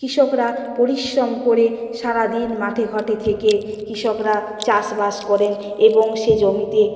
কৃষকরা পরিশ্রম করে সারা দিন মাঠে ঘাটে থেকে কৃষকরা চাষবাস করেন এবং সে জমিতে